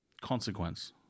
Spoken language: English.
consequence